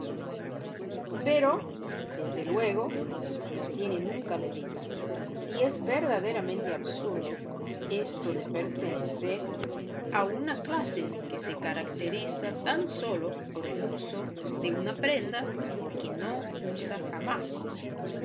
pero desde luego no tiene nunca levita y es verdaderamente absurdo esto de pertenecer a una clase que se caracteriza tan sólo por el uso de una prenda que no usa jamás